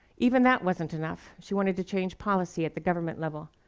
even that wasn't enough. she wanted to change policy at the government level.